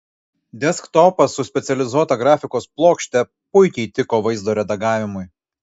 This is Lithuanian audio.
desktopas su specializuota grafikos plokšte puikiai tiko vaizdo redagavimui